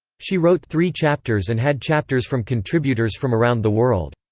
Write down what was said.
she wrote three chapters and had chapters from contributors from around the world.